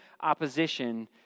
opposition